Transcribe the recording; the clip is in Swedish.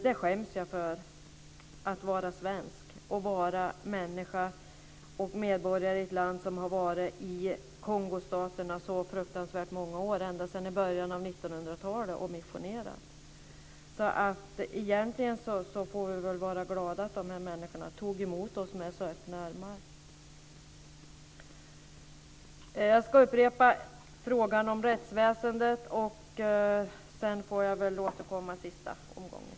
Jag skäms över att vara svensk, människa och medborgare i ett land som har varit i Kongostaterna så fruktansvärt många år, ända sedan början av 1900 talet, och missionerat. Egentligen får vi vara glada att de här människorna tog emot oss med så öppna armar. Jag ska upprepa att frågan gällde rättsväsendet, och sedan får jag väl återkomma i sista omgången.